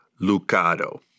Lucado